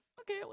okay